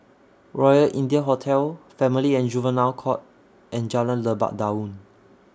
Royal India Hotel Family and Juvenile Court and Jalan Lebat Daun